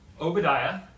Obadiah